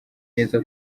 neza